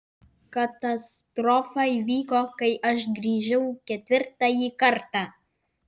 katastrofa įvyko kai aš grįžau ketvirtąjį kartą